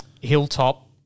Hilltop